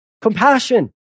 Compassion